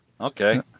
Okay